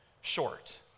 short